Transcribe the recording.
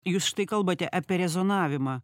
jūs kalbate apie rezonavimą